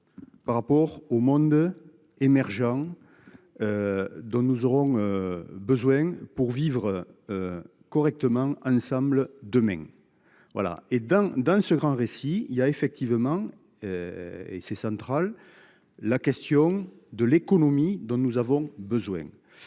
Par rapport au monde émergents. Dont nous aurons. Besoin pour vivre. Correctement ensemble demain. Voilà et dans dans ce grand récit. Il y a effectivement. Et ses centrales. La question de l'économie dont nous avons besoin.